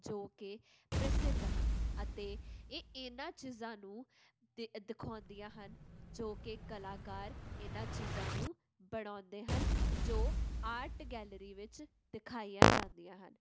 ਜੋ ਕਿ ਪ੍ਰਸਿੱਧ ਹਨ ਅਤੇ ਇਹ ਇਹਨਾਂ ਚੀਜ਼ਾਂ ਨੂੰ ਦੇ ਦਿਖਾਉਂਦੀਆਂ ਹਨ ਜੋ ਕਿ ਕਲਾਕਾਰ ਇਹਨਾਂ ਚੀਜ਼ਾਂ ਨੂੰ ਬਣਾਉਂਦੇ ਹਨ ਜੋ ਆਰਟ ਗੈਲਰੀ ਵਿੱਚ ਦਿਖਾਈਆਂ ਜਾਂਦੀਆਂ ਹਨ